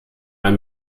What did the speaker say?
ein